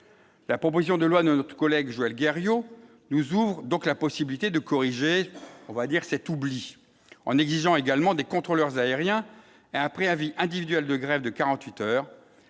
la proposition de loi notre collègue Joël Gariod nous ouvre donc la possibilité de corriger, on va dire que cet oubli en exigeant également des contrôleurs aériens après avis individuelles de grève de 48 heures